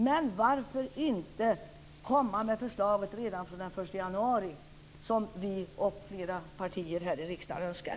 Men varför inte komma med ett förslag som börjar gälla redan den 1 januari, som vi och flera partier här i riksdagen önskar?